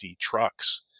trucks